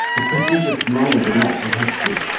the prodigious knowledge of natural history,